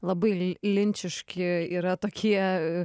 labai li linčiški yra tokie